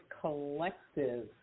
collective